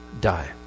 die